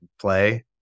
play